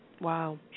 Wow